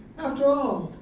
after all,